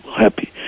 happy